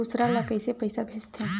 दूसरा ला कइसे पईसा भेजथे?